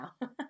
now